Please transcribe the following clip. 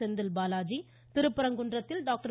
Senthil Balaji Thiruparankundram doctor